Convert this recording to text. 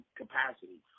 capacity